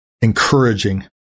encouraging